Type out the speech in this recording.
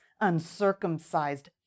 uncircumcised